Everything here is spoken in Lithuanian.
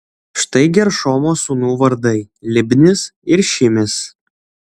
štai geršomo sūnų vardai libnis ir šimis